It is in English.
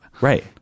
Right